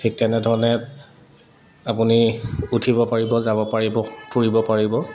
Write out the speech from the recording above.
ঠিক তেনেধৰণে আপুনি উঠিব পাৰিব যাব পাৰিব ফুৰিব পাৰিব